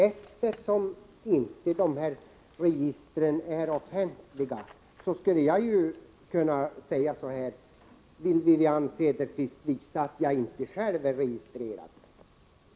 Eftersom de här registren inte är offentliga skulle jag kunna säga så här: Vill Wivi-Anne Cederqvist visa att inte jag själv är registrerad?